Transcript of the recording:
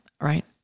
right